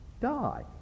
die